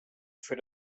für